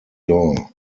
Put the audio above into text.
door